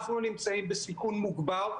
אנחנו נמצאים בסיכון מוגבר,